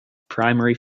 primary